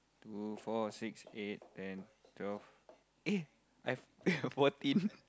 two four six eight ten twelve eh I've fourteen